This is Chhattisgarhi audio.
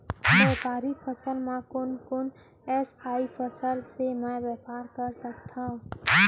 व्यापारिक फसल म कोन कोन एसई फसल से मैं व्यापार कर सकत हो?